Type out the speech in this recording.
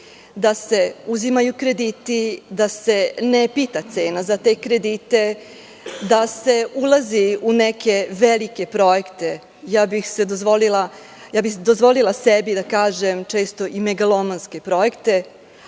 da se uzimaju krediti, da se ne pita cena za te kredite, da se ulazi u neke velike projekte, dozvolila bih sebi da kažem, često i megalomanske projekte,